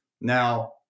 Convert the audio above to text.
Now